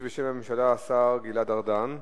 3134 ו-3139: